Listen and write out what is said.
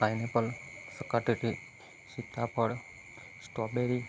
pineapple સક્કર ટેટી સીતાફળ સ્ટોબેરી